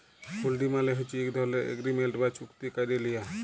হুল্ডি মালে হছে ইক ধরলের এগ্রিমেল্ট বা চুক্তি ক্যারে লিয়া